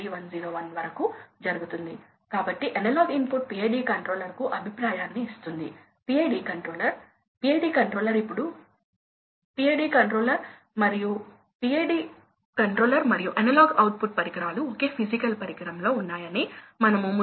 960 వద్ద థ్రోట్లింగ్ కోసం ఇది 23 అరుదుగా తగ్గించబడింది కాని వేరియబుల్ స్పీడ్ డ్రైవ్ కోసం ఇది మరింత తగ్గింది మళ్ళీ ఫ్యాన్ మరియు పంప్ లాస్ కారణంగా కాబట్టి ఇదే విధమైన సేవింగ్ ఫలితంగా ఉంటుంది